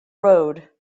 road